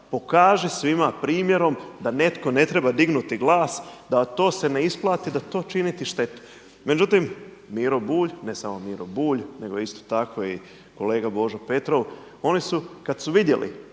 pokaži svima primjerom da netko ne treba dignuti glas da to se ne isplati, da to čini ti štetu. Međutim, Miro Bulj, ne samo Miro Bulj, nego isto tako i kolega Božo Petrov oni su kada su vidjeli